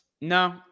No